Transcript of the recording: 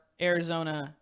Arizona